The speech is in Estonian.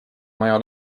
maja